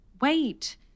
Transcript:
Wait